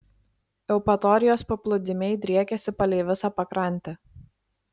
eupatorijos paplūdimiai driekiasi palei visą pakrantę